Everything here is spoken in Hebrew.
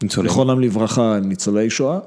לכל העולם לברכה ניצלי שואה